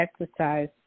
exercise